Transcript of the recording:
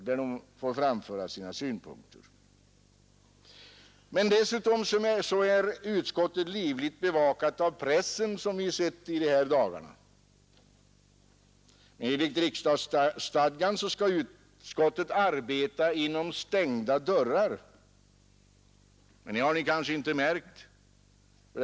Dessutom är utskottet, som vi har sett de senaste dagarna, livligt bevakat av pressen. Enligt riksdagsstadgan skall utskottet arbeta inom stängda dörrar, men det har kanske inte verkat så.